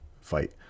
fight